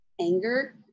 anger